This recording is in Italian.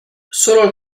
solo